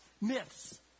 Myths